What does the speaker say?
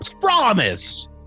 promise